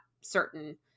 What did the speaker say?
certain